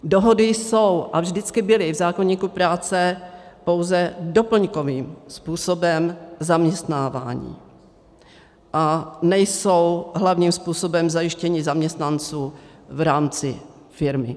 Dohody jsou a vždycky byly v zákoníku práce pouze doplňkovým způsobem zaměstnávání a nejsou hlavním způsobem zajištění zaměstnanců v rámci firmy.